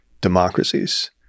democracies